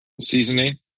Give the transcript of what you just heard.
seasoning